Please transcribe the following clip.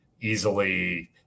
easily